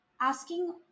asking